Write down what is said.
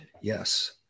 yes